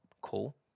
Cool